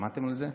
שמעתם על זה?